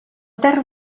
terra